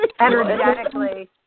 energetically